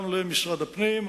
גם למשרד הפנים,